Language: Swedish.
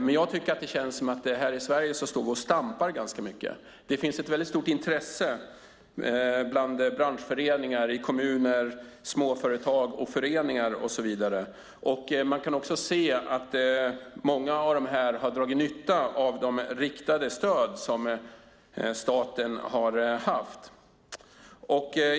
Men jag tycker att det känns som att det ganska mycket står och stampar här i Sverige. Det finns ett väldigt stort intresse bland branschföreningar och i kommuner, småföretag, föreningar och så vidare. Många av dessa har dragit nytta av statens riktade stöd.